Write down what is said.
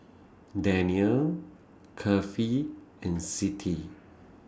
Daniel Kefli and Siti